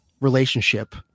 relationship